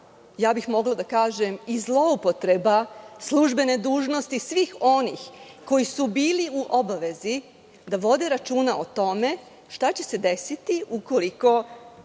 ja bih mogla da kažem i zloupotreba službene dužnosti svih onih koji su bili u obavezi da vode računa o tome šta će se desiti ukoliko